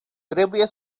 trebuie